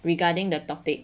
regarding the topic